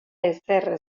ezer